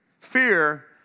Fear